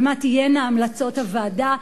ומה תהיינה המלצות הוועדה.